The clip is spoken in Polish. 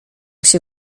się